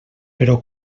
però